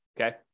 Okay